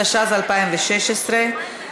התשע"ז 2016,